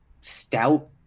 stout